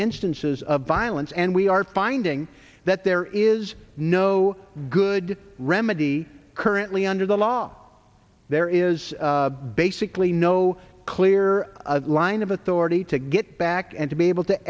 instances of violence and we are finding that there is no good remedy currently under the law there is basically no clear line of authority to get back and to be able to